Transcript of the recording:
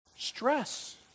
Stress